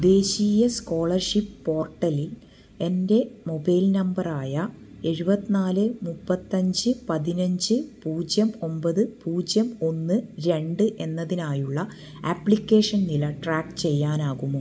ദേശീയ സ്കോളർഷിപ്പ് പോർട്ടലിൽ എൻ്റെ മൊബൈൽ നമ്പറായ എഴുപത്തിനാല് മുപ്പത്തഞ്ച് പതിനഞ്ച് പൂജ്യം ഒമ്പത് പൂജ്യം ഒന്ന് രണ്ട് എന്നതിനായുള്ള ആപ്ലിക്കേഷൻ നില ട്രാക്ക് ചെയ്യാനാകുമോ